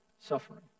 suffering